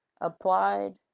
applied